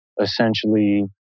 essentially